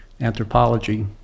Anthropology